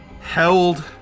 held